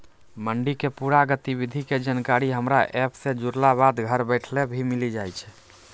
मंडी के पूरा गतिविधि के जानकारी हमरा एप सॅ जुड़ला बाद घर बैठले भी मिलि जाय छै